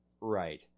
Right